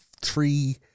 three